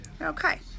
Okay